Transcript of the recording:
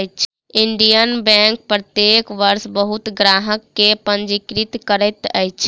Indian Bank प्रत्येक वर्ष बहुत ग्राहक के पंजीकृत करैत अछि